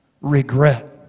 regret